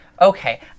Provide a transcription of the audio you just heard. Okay